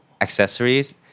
accessories